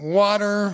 water